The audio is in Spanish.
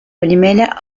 primera